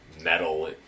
metal